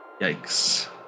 Yikes